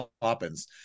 Poppins